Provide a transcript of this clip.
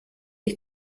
ich